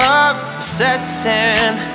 obsessing